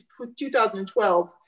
2012